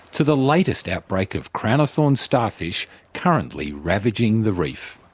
to the latest outbreak of crown of thorns starfish currently ravaging the reef.